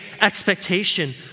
expectation